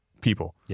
people